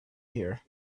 here